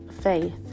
faith